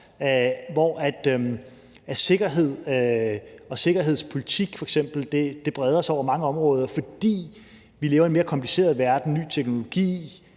sikkerhed og sikkerhedspolitik breder sig over mange områder, fordi vi lever i en mere kompliceret verden. Der er ny teknologi